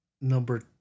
number